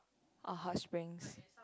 oh hot springs